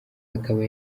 akaba